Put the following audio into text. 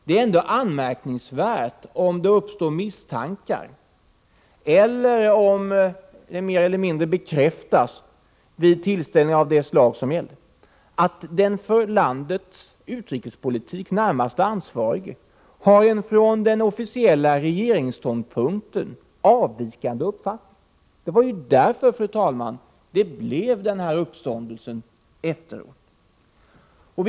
Det är ändå anmärkningsvärt om det uppstår misstankar om eller om det vid en tillställning av det slaget mer eller mindre bekräftas att den för landets utrikespolitik närmast ansvarige har en från den officiella regeringsståndpunkten avvikande uppfattning. Det var därför, fru talman, som det blev en sådan uppståndelse efteråt.